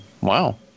Wow